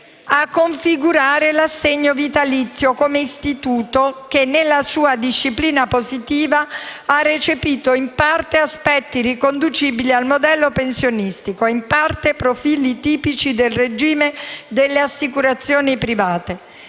a configurare l'assegno vitalizio come istituto che, nella sua disciplina positiva, ha recepito in parte aspetti riconducibili al modello pensionistico e, in parte, profili tipici del regime delle assicurazioni private.